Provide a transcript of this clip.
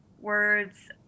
words